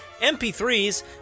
MP3s